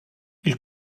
ils